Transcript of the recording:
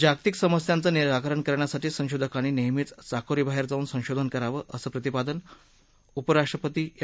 जागतिक समस्यांचं निराकरण करण्यासाठी संशोधकांनी नेहमीच चाकोरी बाहेर जाऊन संशोधन करावं असं प्रतिपादन उपराष्ट्रपती एम